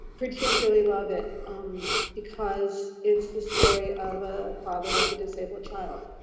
particularly love it um because it's the story of a father with a disabled child.